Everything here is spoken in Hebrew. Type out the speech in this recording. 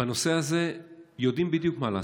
בנושא הזה יודעים בדיוק מה לעשות,